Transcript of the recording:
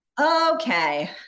okay